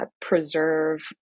preserve